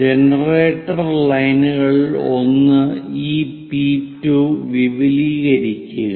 generator ലൈനുകളിൽ ഒന്നിൽ നിന്ന് ഈ പി 2 വിപുലീകരിക്കുക